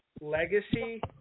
legacy